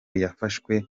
yafashwe